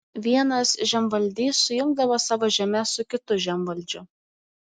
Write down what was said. vienas žemvaldys sujungdavo savo žemes su kitu žemvaldžiu